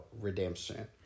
redemption